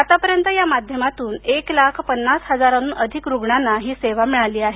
आतापर्यंत या माध्यमातून एक लाख पन्नास हजारांहून अधिक रुग्णांना ही सेवा मिळाली आहे